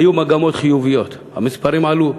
היו מגמות חיוביות, המספרים עלו.